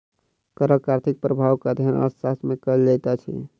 करक आर्थिक प्रभावक अध्ययन अर्थशास्त्र मे कयल जाइत अछि